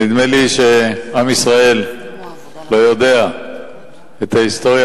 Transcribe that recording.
נדמה לי שעם ישראל לא יודע את ההיסטוריה